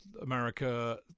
America